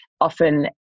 often